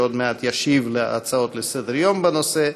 שעוד מעט ישיב על הצעות לסדר-היום בנושא,